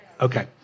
Okay